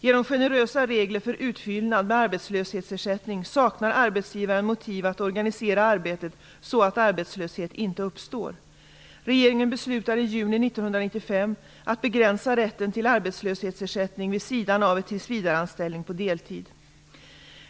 Genom generösa regler för utfyllnad med arbetslöshetsersättning saknar arbetsgivaren motiv att organisera arbetet så att arbetslöshet inte uppstår. Regeringen beslutade i juni 1995 att begränsa rätten till arbetslöshetsersättning vid sidan av tillsvidareanställning på deltid.